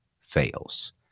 fails